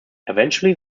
eventually